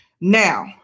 Now